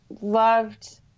loved